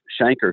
Shanker